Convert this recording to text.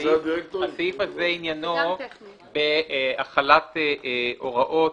הסעיף הזה עניינו בהחלת הוראות